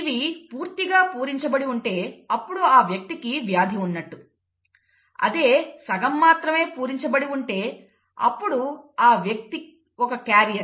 ఇవి పూర్తిగా పూరించబడి ఉంటే అప్పుడు ఆ వ్యక్తి కి వ్యాధి ఉన్నట్టు అదే సగం మాత్రమే పూరించబడి ఉంటే అప్పుడు ఆ వ్యక్తి ఒక క్యారియర్